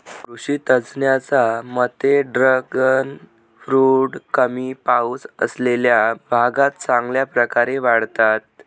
कृषी तज्ज्ञांच्या मते ड्रॅगन फ्रूट कमी पाऊस असलेल्या भागात चांगल्या प्रकारे वाढतात